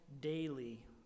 daily